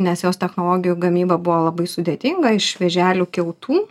nes jos technologijų gamyba buvo labai sudėtinga iš vėželių kiautų